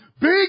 big